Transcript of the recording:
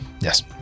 Yes